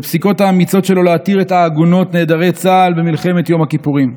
והפסיקות האמיצות שלו להתיר את עגונות נעדרי צה"ל במלחמת יום הכיפורים.